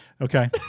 Okay